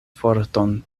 forton